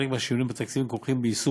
חלק מהשינויים התקציביים הכרוכים ביישום